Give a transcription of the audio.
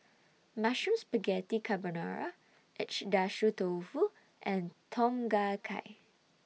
Mushroom Spaghetti Carbonara Agedashi Dofu and Tom Kha Gai